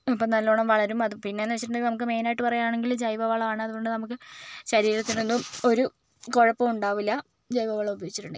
അപ്പം നല്ലവണ്ണം വളരും അത് പിന്നെയെന്നു വെച്ചിട്ടുണ്ടെങ്കിൽ നമുക്ക് മെയിനായിട്ട് പറയുകയാണെങ്കിൽ ജൈവ വളമാണ് അതുകൊണ്ട് നമുക്ക് ശരീരത്തിനൊന്നും ഒരു കുഴപ്പവും ഉണ്ടാവില്ല ജൈവ വളം ഉപയോഗിച്ചിട്ടുണ്ടെങ്കിൽ